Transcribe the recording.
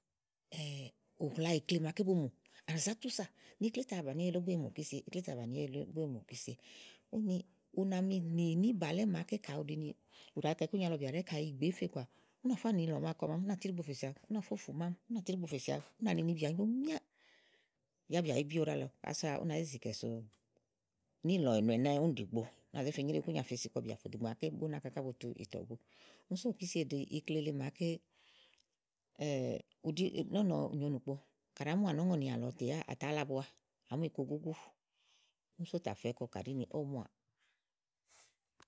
Ú sú kàɖì ìkle màa ké bu mù, à nà zá túsà, ni iklé tà bànieyi ló ígbɔ é mù òkisie, ni iklé tà bànieyi ló ígbɔ é mù òkisie. Úni u na mi mìa níìbàlɛ́ màake kàɖi ùɖa kɔ ikúnyalɔbìà kayi ìgbèè fe kɔà ú na fà ni ìlɔ à kɔ màa, ù nà tú íɖigbo fè ú na fóò fú màam fù màam ùnàtù íɖigbofè si awu ú nà ninibìà nyo miáá yá bìà bu we gbíéwu ɖalɔ ása ú nàa zizi kɛ̀ so níìlɔ ènù ɛnɛ́ ún ɖìigbo únà zé fe nyréwu ikúnyà zèe fe si kɔbìà fòɖò ìgbè màa ké bú náka ka bu ìtɔ̀bu ún òkísie ɖìi ikle màaké ù ɖi nɔ́ɔ̀nɔ nyò ìnùkpo, ò ɖá mùà nɔ̀ɔ́ŋɔ̀ni àlɔtéya àtálɔ ábua, àá mu iku gúgú mu súù ta fɛ kɔ kàɖíni ówò mùà.